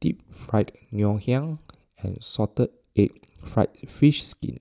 Deep Fried Ngoh Hiang and Salted Egg Fried Fish Skin